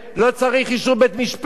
לא צריך אישור בית-משפט.